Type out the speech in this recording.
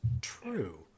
true